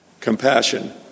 Compassion